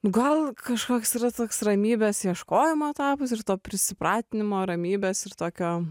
gal kažkoks yra toks ramybės ieškojimo etapas ir to prisipratinimo ir ramybės ir tokio